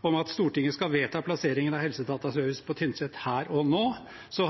om at Stortinget skal vedta plasseringen av Helsedataservice på Tynset her og nå,